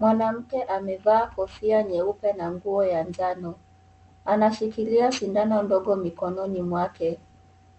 Mwanamke amevaa kofia nyeupe na nguo ya njano. Anashikilia sindano ndogo mkononi mwake.